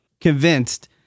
convinced